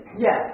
yes